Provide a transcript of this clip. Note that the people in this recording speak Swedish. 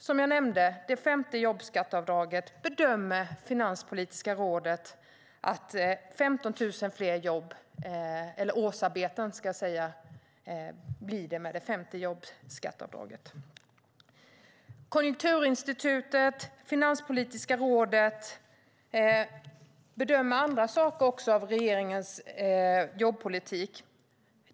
Som sagt bedömer Finanspolitiska rådet att det blir 15 000 fler årsarbeten med det femte jobbskatteavdraget. Konjunkturinstitutet och Finanspolitiska rådet bedömer också andra saker i regeringens jobbpolitik.